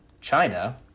China